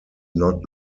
not